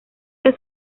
que